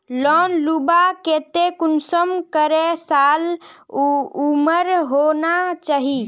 Loan लुबार केते कुंसम करे साल उमर होना चही?